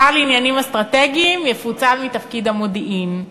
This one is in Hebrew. השר לעניינים אסטרטגיים יפוצל מהמודיעין,